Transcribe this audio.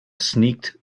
sneaked